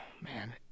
man